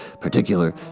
particular